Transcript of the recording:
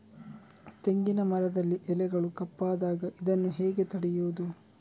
ತೆಂಗಿನ ಮರದಲ್ಲಿ ಎಲೆಗಳು ಕಪ್ಪಾದಾಗ ಇದನ್ನು ಹೇಗೆ ತಡೆಯುವುದು?